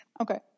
Okay